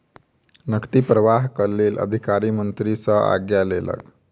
नकदी प्रवाहक लेल अधिकारी मंत्री सॅ आज्ञा लेलक